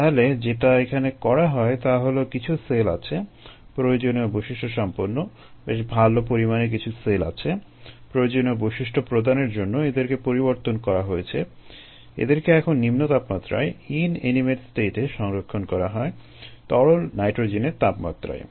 তাহলে যেটা এখানে করা হয় তা হলো কিছু সেল আছে প্রয়োজনীয় বৈশিষ্ট্যসম্পন্ন বেশ ভালো পরিমাণে কিছু সেল আছে প্রয়োজনীয় বৈশিষ্ট্য প্রদানের জন্য এদেরকে পরিবর্তন করা হয়েছে এদেরকে এখন নিম্ন তাপমাত্রায় ইনএনিমেট স্টেটে সংরক্ষণ করা হয় তরল নাইট্রোজেনের তাপমাত্রায়